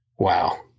Wow